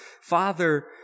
father